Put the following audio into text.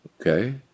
Okay